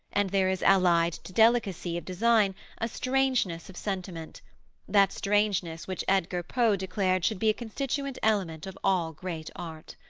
and there is allied to delicacy of design a strangeness of sentiment that strangeness which edgar poe declared should be a constituent element of all great art.